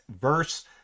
verse